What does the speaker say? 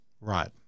Right